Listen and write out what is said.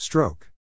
Stroke